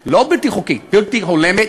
הולמת, לא בלתי חוקית, בלתי הולמת.